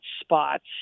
spots